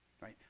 right